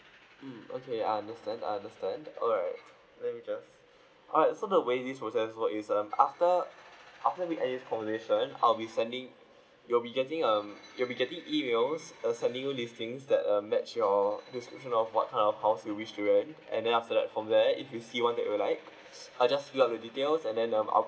mm okay I understand I understand alright let me just alright so the way this process work is um after after we end this conversation I'll be sending you'll be getting um you'll be getting emails uh sending you listings that um match your description of what kind of house you wish to rent and then after that from there if you see one that you like s~ uh just fill up the details and then um I'll